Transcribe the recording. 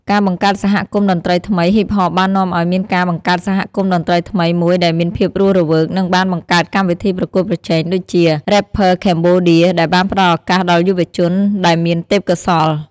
ការបង្កើតសហគមន៍តន្ត្រីថ្មី ហ៊ីបហប បាននាំឱ្យមានការបង្កើតសហគមន៍តន្ត្រីថ្មីមួយដែលមានភាពរស់រវើក និងបានបង្កើតកម្មវិធីប្រកួតប្រជែងដូចជា រ៉េបភើខេបូឌៀរ ដែលបានផ្តល់ឱកាសដល់យុវជនដែលមានទេពកោសល្យ។